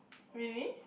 really